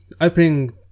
opening